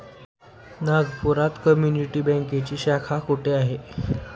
नागपुरात कम्युनिटी बँकेची शाखा कुठे आहे?